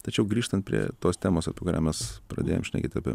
tačiau grįžtant prie tos temos apie kurią mes pradėjom šnekėt apie